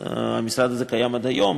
והמשרד הזה קיים עד היום.